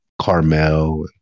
Carmel